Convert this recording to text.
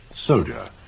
Soldier